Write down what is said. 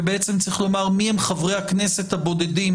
ובעצם צריך לומר מי הם חברי הכנסת הבודדים